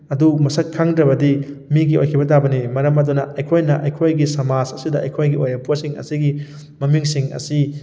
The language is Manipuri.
ꯑꯗꯨ ꯃꯁꯛ ꯈꯪꯗ꯭ꯔꯕꯗꯤ ꯃꯤꯒꯤ ꯑꯣꯏꯈꯤꯕ ꯇꯥꯕꯅꯤ ꯃꯔꯝ ꯑꯗꯨꯅ ꯑꯩꯈꯣꯏꯅ ꯑꯩꯈꯣꯏꯒꯤ ꯁꯃꯥꯖ ꯑꯁꯤꯗ ꯑꯩꯈꯣꯏꯒꯤ ꯑꯣꯏꯕ ꯄꯣꯠꯁꯤꯡ ꯑꯁꯤꯒꯤ ꯃꯃꯤꯡꯁꯤꯡ ꯑꯁꯤ